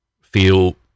feel